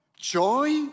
joy